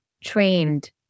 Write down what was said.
trained